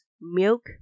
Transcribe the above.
milk